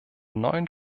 neuen